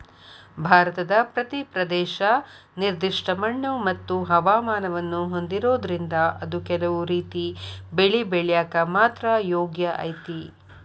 ಭಾರತದ ಪ್ರತಿ ಪ್ರದೇಶ ನಿರ್ದಿಷ್ಟ ಮಣ್ಣುಮತ್ತು ಹವಾಮಾನವನ್ನ ಹೊಂದಿರೋದ್ರಿಂದ ಅದು ಕೆಲವು ರೇತಿ ಬೆಳಿ ಬೆಳ್ಯಾಕ ಮಾತ್ರ ಯೋಗ್ಯ ಐತಿ